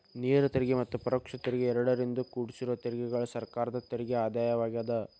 ನೇರ ತೆರಿಗೆ ಮತ್ತ ಪರೋಕ್ಷ ತೆರಿಗೆ ಎರಡರಿಂದೂ ಕುಡ್ಸಿರೋ ತೆರಿಗೆಗಳ ಸರ್ಕಾರದ ತೆರಿಗೆ ಆದಾಯವಾಗ್ಯಾದ